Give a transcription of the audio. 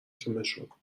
تیمشون